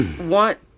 want